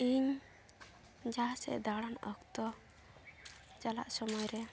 ᱤᱧ ᱡᱟᱦᱟᱸ ᱥᱮᱡ ᱫᱟᱬᱟᱱ ᱚᱠᱛᱚ ᱪᱟᱞᱟᱜ ᱥᱳᱢᱚᱭ ᱨᱮ